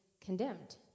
condemned